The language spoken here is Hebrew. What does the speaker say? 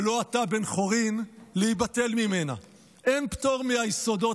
ולא אתה בן חורין ליבטל ממנה" אין פטור מהיסודות.